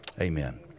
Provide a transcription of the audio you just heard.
amen